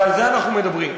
ועל זה אנחנו מדברים,